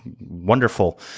wonderful